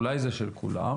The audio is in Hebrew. אולי זה של כולם,